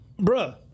Bruh